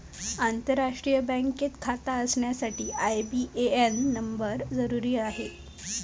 आंतरराष्ट्रीय बँकेत खाता असण्यासाठी आई.बी.ए.एन नंबर जरुरी आहे